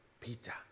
Peter